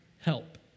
help